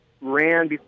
ran